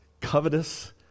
covetous